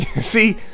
See